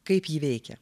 kaip ji veikia